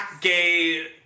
gay